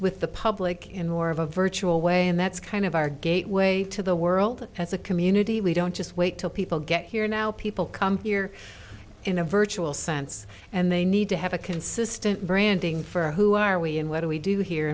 with the public in more of a virtual way and that's kind of our gateway to the world as a community we don't just wait till people get here now people come here in a virtual sense and they need to have a consistent branding for who are we and what do we do here